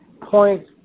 point